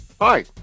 Hi